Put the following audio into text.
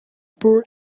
poured